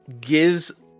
gives